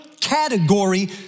category